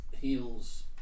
heals